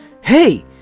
Hey